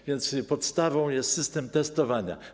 A więc podstawą jest system testowania.